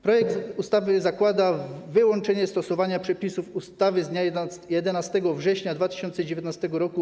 Projekt ustawy zakłada wyłączenie stosowania przepisów ustawy z dnia 11 września 2019 r.